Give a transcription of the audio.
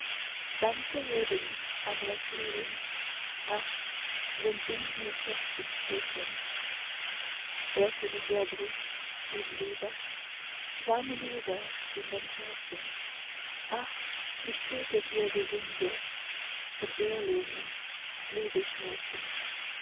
embrassieren ach wenn sie nur herzen hätten herzen in der brust und liebe warme liebe in dem herzen ach mich tötet ihr gesinge von erlognen liebesschmerzen